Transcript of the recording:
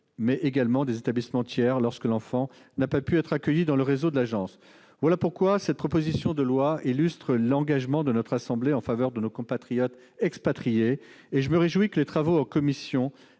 mais également des établissements tiers, lorsque l'enfant n'aurait pu être accueilli dans le réseau de l'agence. Voilà les principaux éléments qui font que cette proposition de loi illustre l'engagement de notre assemblée en faveur de nos compatriotes expatriés. Je me réjouis que les travaux en commission